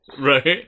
Right